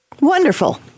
wonderful